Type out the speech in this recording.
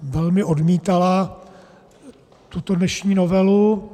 Velmi odmítala tuto dnešní novelu.